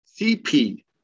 CP